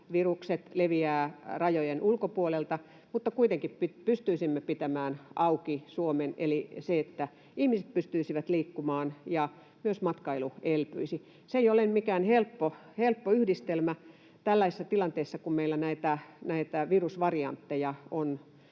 virukset leviävät rajojen ulkopuolelta, mutta kuitenkin pystyisimme pitämään auki Suomen eli ihmiset pystyisivät liikkumaan ja myös matkailu elpyisi. Se ei ole mikään helppo yhdistelmä tällaisessa tilanteessa, kun meillä näitä virusvariantteja on